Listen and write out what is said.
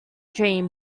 train